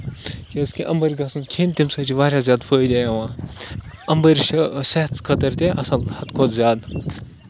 کیازِ کہِ اَمبٕر گژھن کھیٚنۍ تَمہِ سۭتۍ چھُ واریاہ زیادٕ فٲیدٕ یِوان اَمبٕر چھِ صحتس خٲطرٕ تہِ اَصٕل حدٕ کھۄتہٕ زیادٕ